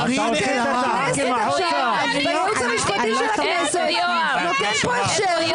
יואב דותן שדיבר פה היום,